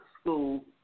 school